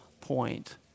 point